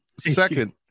Second